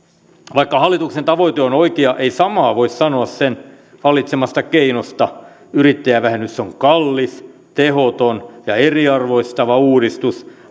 vaikka hallituksen tavoite on oikea ei samaa voi sanoa sen valitsemasta keinosta yrittäjävähennys on kallis tehoton ja eriarvoistava uudistus